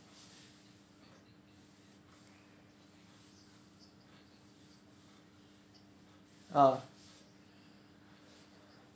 ah